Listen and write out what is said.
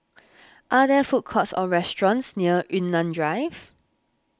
are there food courts or restaurants near Yunnan Drive